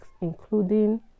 including